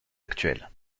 actuelles